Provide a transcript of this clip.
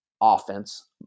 offense